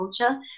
culture